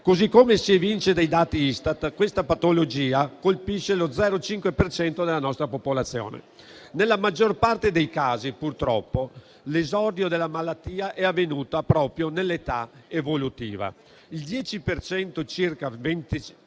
1. Come si evince dai dati Istat, questa patologia colpisce lo 0,5 per cento della nostra popolazione. Nella maggior parte dei casi, purtroppo, l'esordio della malattia è avvenuto proprio nell'età evolutiva. Il 10 per